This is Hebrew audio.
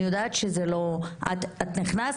את נכנסת,